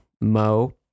Mo